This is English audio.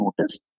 noticed